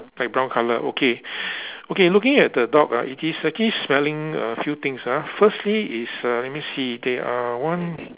like brown colour okay okay looking at the dog ah it is actually smelling a few things ah firstly is uh let me see they are one